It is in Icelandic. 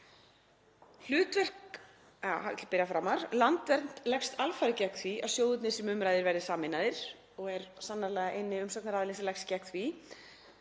„Landvernd leggst alfarið gegn því að sjóðirnir sem um ræðir verði sameinaðir.“ — Og er sannarlega eini umsagnaraðilinn sem leggst gegn því.